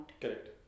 Correct